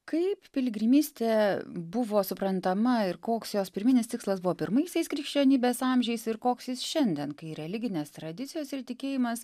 kaip piligrimystė buvo suprantama ir koks jos pirminis tikslas buvo pirmaisiais krikščionybės amžiais ir koks jis šiandien kai religinės tradicijos ir tikėjimas